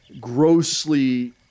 grossly